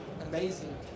amazing